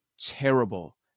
terrible